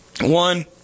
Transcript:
One